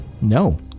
No